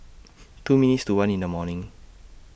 two minutes to one in The morning